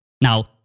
Now